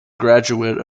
graduate